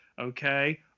Okay